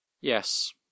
yes